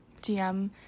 DM